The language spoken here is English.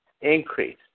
increase